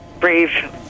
brave